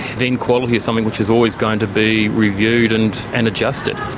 then quality is something which is always going to be reviewed and and adjusted.